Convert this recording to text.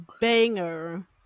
banger